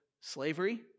slavery